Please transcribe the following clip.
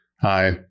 Hi